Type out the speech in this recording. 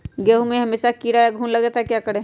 गेंहू में हमेसा कीड़ा या घुन लग जाता है क्या करें?